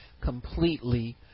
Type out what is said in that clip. completely